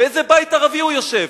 באיזה בית ערבי הוא יושב?